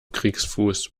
kriegsfuß